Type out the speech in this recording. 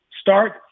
start